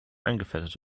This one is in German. eingefettet